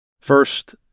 First